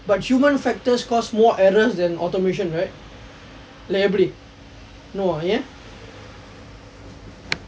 but human factors caused more errors than automation right like எப்படி:eppadi no ah ஏன்:aen